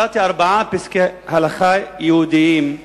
מצאתי ארבעה פסקי הלכה יהודיים,